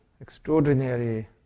extraordinary